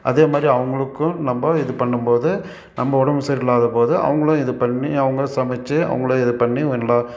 அதேமாதிரி அவங்களுக்கும் நம்ம இது பண்ணும்போது நம்ம உடம்பு சரி இல்லாதபோது அவங்களும் இது பண்ணி அவங்க சமைத்து அவங்களே இது பண்ணி நல்லா